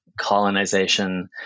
colonization